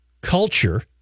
culture